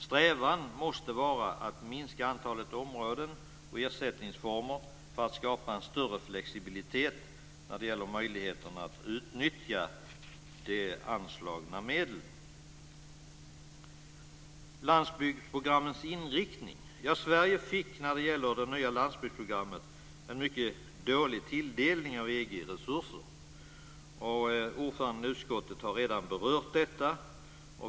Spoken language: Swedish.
Strävan måste vara att minska antalet områden och ersättningsformer för att skapa en större flexibilitet när det gäller möjligheterna att utnyttja de anslagna medlen. Jag går nu över till landsbygdsprogrammens inriktning. Sverige fick när det gäller det nya landsbygdsprogrammet en mycket dålig tilldelning av EG resurser. Ordföranden i utskottet har redan berört detta.